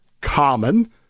common